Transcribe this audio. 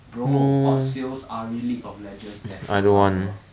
bro hot sales are really of legious natural rubber